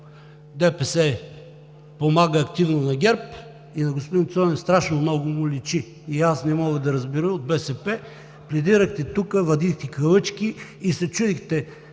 ДПС помага активно на ГЕРБ и на господин Цонев страшно много му личи. Аз не мога да разбера – от БСП пледирахте тук, вадихте калъчки и се чудихте